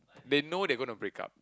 they know they gonna break up